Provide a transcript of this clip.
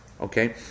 Okay